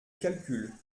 calcul